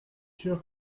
sûr